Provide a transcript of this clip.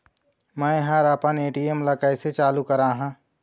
मैं हर आपमन ए.टी.एम ला कैसे चालू कराहां?